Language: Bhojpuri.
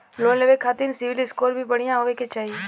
लोन लेवे के खातिन सिविल स्कोर भी बढ़िया होवें के चाही?